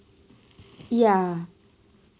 yeah